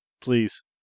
Please